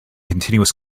continuous